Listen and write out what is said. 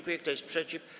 Kto jest przeciw?